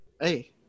Hey